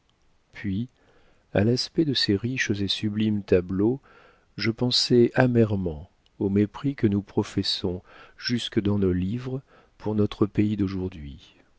puis à l'aspect de ces riches et sublimes tableaux je pensais amèrement au mépris que nous professons jusque dans nos livres pour notre pays d'aujourd'hui